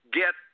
get